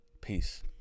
Peace